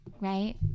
right